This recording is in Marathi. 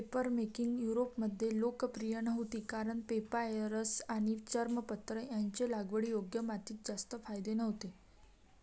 पेपरमेकिंग युरोपमध्ये लोकप्रिय नव्हती कारण पेपायरस आणि चर्मपत्र यांचे लागवडीयोग्य मातीत जास्त फायदे नव्हते